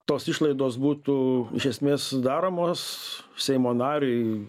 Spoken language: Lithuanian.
tos išlaidos būtų iš esmės sudaromos seimo nariui